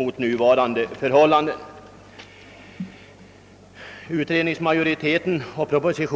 Yrkesutbildningskommitténs majoritet och Kungl. Maj:t